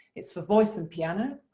it's for voice and piano,